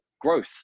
growth